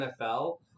NFL